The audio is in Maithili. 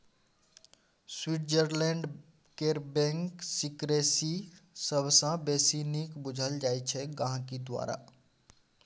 स्विटजरलैंड केर बैंक सिकरेसी सबसँ बेसी नीक बुझल जाइ छै गांहिकी द्वारा